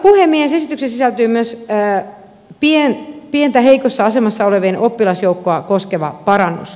esitykseen sisältyy myös pientä heikossa asemassa olevien oppilasjoukkoa koskeva parannus